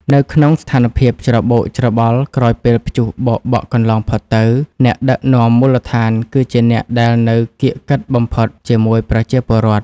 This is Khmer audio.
នៅក្នុងស្ថានភាពច្របូកច្របល់ក្រោយពេលព្យុះបោកបក់កន្លងផុតទៅ អ្នកដឹកនាំមូលដ្ឋានគឺជាអ្នកដែលនៅកៀកកិតបំផុតជាមួយប្រជាពលរដ្ឋ។